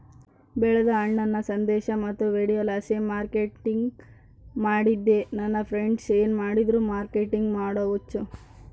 ಬೆಳೆದ ಹಣ್ಣನ್ನ ಸಂದೇಶ ಮತ್ತು ವಿಡಿಯೋಲಾಸಿ ಮಾರ್ಕೆಟಿಂಗ್ ಮಾಡ್ತಿದ್ದೆ ನನ್ ಫ್ರೆಂಡ್ಸ ಏನ್ ಮಾಡಿದ್ರು ಮಾರ್ಕೆಟಿಂಗ್ ಮಾಡೋ ಹುಚ್ಚು